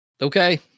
Okay